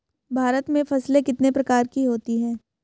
भारत में फसलें कितने प्रकार की होती हैं?